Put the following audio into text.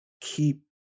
keep